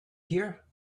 here